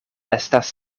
estas